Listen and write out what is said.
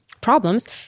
problems